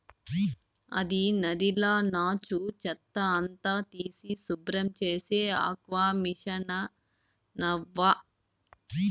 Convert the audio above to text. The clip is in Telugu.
అది నదిల నాచు, చెత్త అంతా తీసి శుభ్రం చేసే ఆక్వామిసనవ్వా